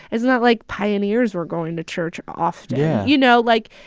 it's not like pioneers were going to church often yeah you know? like,